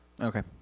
Okay